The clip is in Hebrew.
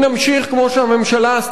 לעצום את העיניים בחוזקה,